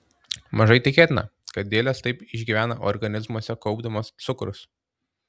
mažai tikėtina kad dėlės taip išgyvena organizmuose kaupdamos cukrus